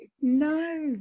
no